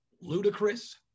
ludicrous